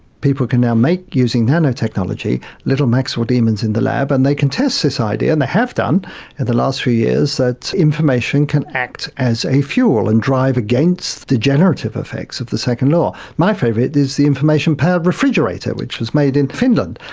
people can now make using nanotechnology little maxwell demons in the lab and they can test this idea and they have done in and the last few years, that information can act as a fuel and drive against degenerative effects of the second law. my favourite is the information powered refrigerator, which was made in finland.